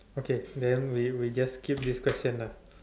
okay then we we just skip this question lah